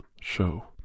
show